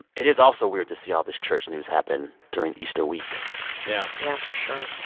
it is also weird to see all this church news happen during easter week yeah yeah, for sure